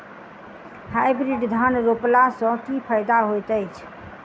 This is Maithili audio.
हाइब्रिड धान रोपला सँ की फायदा होइत अछि?